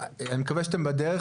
שאתם בדרך,